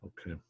okay